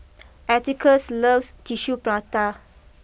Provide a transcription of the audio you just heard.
atticus loves Tissue Prata